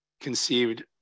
conceived